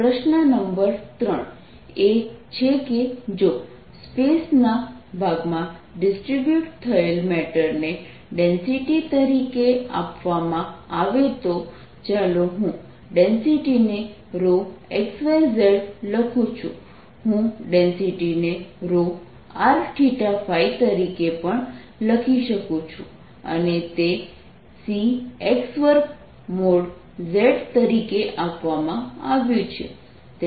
ϕR243π4dϕ2sin22R23π4 4R243π41 cos2ϕ2dϕ5πR24R22 પ્રશ્ન નંબર 3 એ છે કે જો સ્પેસ ના ભાગમાં ડિસ્ટ્રિબ્યૂટ થયેલ મેટરને ડેન્સિટી તરીકે આપવામાં આવે તો ચાલો હું ડેન્સિટી ને xyz લખું છું હું ડેન્સિટી ને ρrθϕ તરીકે પણ લખી શકું છું અને તે Cx2|z| તરીકે આપવામાં આવ્યું છે